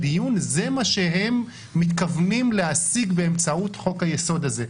מה שהם מתכוונים להשיג באמצעות חוק היסוד הזה.